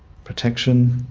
protection,